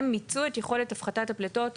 הם מיצו את יכולת הפחתת הפליטות.